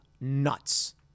nuts